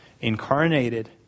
incarnated